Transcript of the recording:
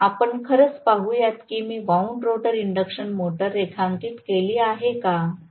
म्हणून आपण खरंच पाहुयात की मी वाऊंड रोटर इंडक्शन मोटर रेखांकित केली आहे का